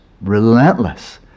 relentless